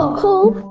ah cool!